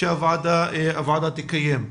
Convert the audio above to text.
שהוועדה תקיים.